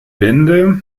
bände